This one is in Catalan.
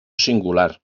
singular